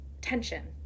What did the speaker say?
tension